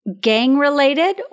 gang-related